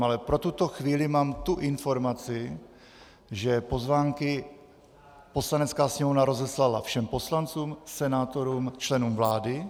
Ale pro tuto chvíli mám informaci, že pozvánky Poslanecká sněmovna rozeslala všem poslancům, senátorům, členům vlády.